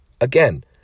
Again